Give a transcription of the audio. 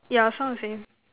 yeah so I'm second